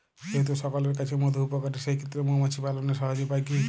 যেহেতু সকলের কাছেই মধু উপকারী সেই ক্ষেত্রে মৌমাছি পালনের সহজ উপায় কি?